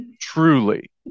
Truly